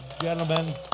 gentlemen